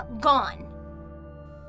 gone